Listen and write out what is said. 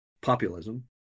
populism